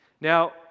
Now